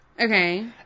Okay